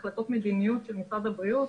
פרטי מידע הדרושים למשרד הבריאות